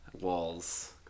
walls